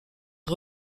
est